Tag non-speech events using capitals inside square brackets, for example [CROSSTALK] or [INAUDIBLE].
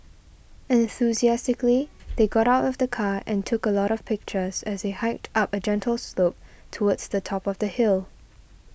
enthusiastically [NOISE] they got out of the car and took a lot of pictures as they hiked up a gentle slope towards the top of the hill